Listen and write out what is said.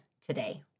today